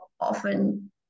often